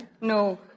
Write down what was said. No